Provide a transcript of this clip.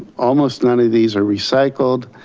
almost none of these are recycled.